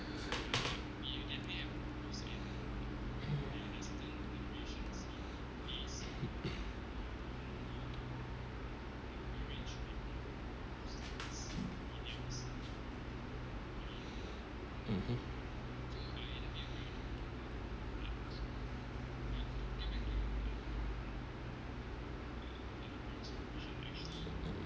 mmhmm